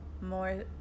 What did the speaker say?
more